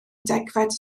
degfed